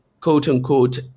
quote-unquote